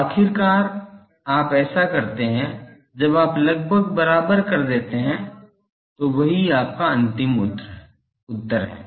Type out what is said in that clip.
तो आखिरकार आप ऐसा करते रहें जब आप लगभग बराबर कर देते है तो वही आपका अंतिम उत्तर है